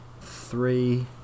three